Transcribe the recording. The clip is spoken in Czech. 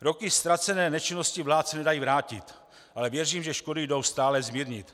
Roky ztracené nečinností vlád se nedají vrátit, ale věřím, že škody jdou stále zmírnit.